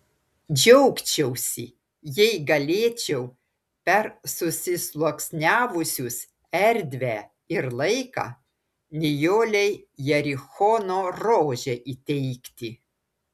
džiaugčiausi jei galėčiau per susisluoksniavusius erdvę ir laiką nijolei jerichono rožę įteikti